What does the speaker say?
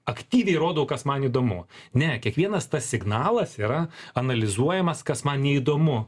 aktyviai rodau kas man įdomu ne kiekvienas tas signalas yra analizuojamas kas man neįdomu